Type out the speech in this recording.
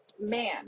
man